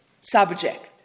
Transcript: subject